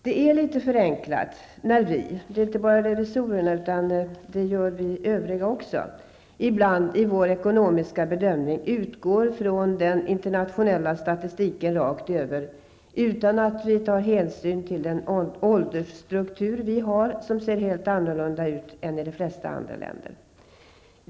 Det är litet förenklat när vi -- inte bara revisorerna utan också vi övriga -- ibland i vår ekonomiska bedömning utgår från den internationella statistiken rakt över utan att vi tar hänsyn till att vår åldersstruktur ser helt annorlunda ut än i de flesta andra länder.